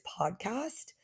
podcast